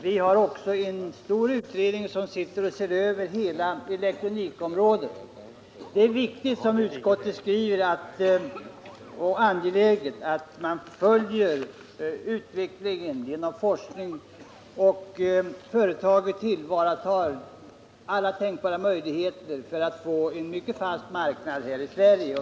Vidare har en utredning tillsatts för att se över hela elektronikområdet. Det är enligt utskottet viktigt och angeläget att man följer utvecklingen och stöder forskningen samt att företagen tillvaratar alla tänkbara möjligheter för att få en mycket fast marknad här i Sverige.